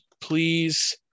Please